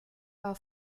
war